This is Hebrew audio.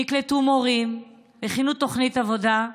נקלטו מורים והכינו תוכנית עבודה?